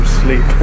sleep